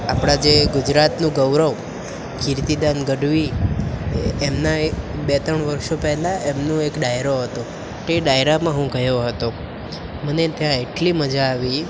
આપણા જે ગુજરાતનું ગૈરવ કિર્તીદાન ગઢવી એમના એક બે ત્રણ વર્ષો પહેલાં એમનો એક ડાયરો હતો તે ડાયરામાં હું ગયો હતો મને ત્યાં એટલી મજા આવી